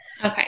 Okay